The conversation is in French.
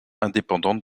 indépendante